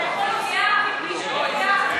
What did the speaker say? מליאה, מליאה.